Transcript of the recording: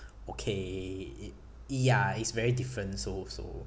okay it ya it's very different so so